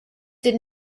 did